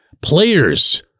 Players